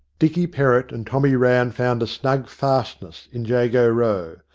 dicky perrott and tommy rann found a snug fastness in jago row.